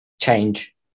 change